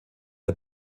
der